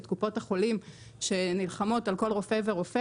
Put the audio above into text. את קופות החולים שנלחמות על כל רופא ורופא